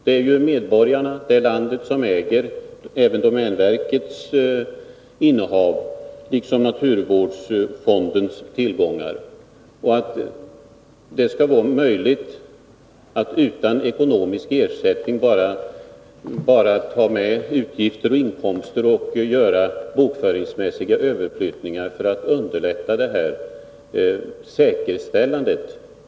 Det är ju medborgarna, landet, som äger domänverkets innehav liksom naturvårdsfondens tillgångar. Det borde alltså vara möjligt att utan ekonomisk ersättning — genom att föra upp inkomster och utgifter och göra bokföringsmässiga överflyttningar — underlätta säkerställandet av mark.